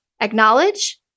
Acknowledge